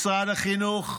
משרד החינוך,